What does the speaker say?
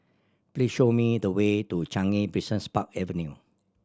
please show me the way to Changi Park Avenue